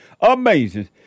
Amazing